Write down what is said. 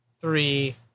three